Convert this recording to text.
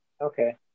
Okay